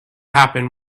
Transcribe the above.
happen